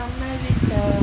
America